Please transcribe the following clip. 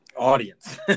audience